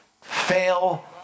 fail